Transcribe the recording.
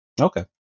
okay